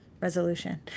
resolution